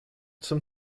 zum